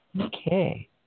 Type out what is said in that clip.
Okay